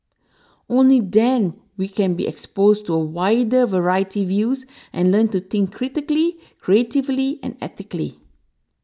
only them we can be exposed to a wider variety views and learn to think critically creatively and ethically